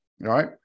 right